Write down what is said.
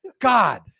God